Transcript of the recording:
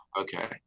okay